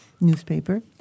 newspaper